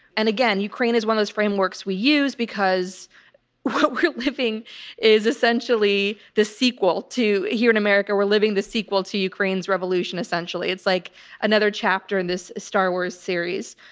and again, ukraine is one of those frameworks we use because what we're living is essentially the sequel to here in america. we're living the sequel to ukraine's revolution essentially. it's like another chapter in this star wars series,